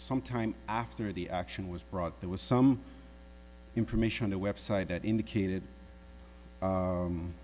some time after the action was brought there was some information on the website that indicated